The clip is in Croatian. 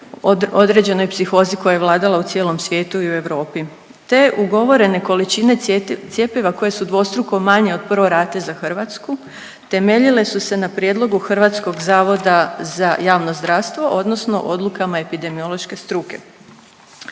određenoj psihozi koja je vladala u cijelom svijetu i u Europi. Te ugovorene količine cjepiva koje su dvostruko manje od pro rate za Hrvatsku temeljile su se na prijedlogu HZJZ-a odnosno odlukama epidemiološke struke.